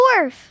dwarf